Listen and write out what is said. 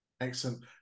Excellent